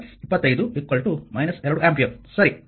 ಆದ್ದರಿಂದ i 50 25 2 ampere ಸರಿ